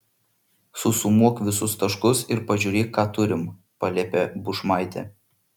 susumuok visus taškus ir pažiūrėk ką turim paliepė bušmaitė